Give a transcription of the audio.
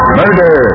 murder